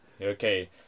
Okay